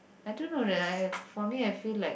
I don't know uh for me I feel like